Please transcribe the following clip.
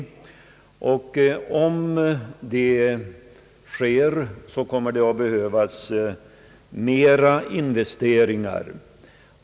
Vid stigande konjunkturer kommer det att behövas ökade investeringar.